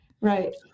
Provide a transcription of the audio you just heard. right